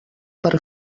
per